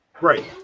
Right